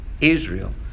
Israel